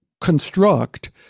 construct